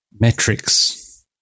metrics